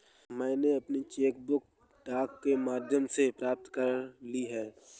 मैनें अपनी cheque book डाक के माध्यम से प्राप्त कर ली है